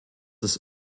ist